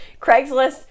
Craigslist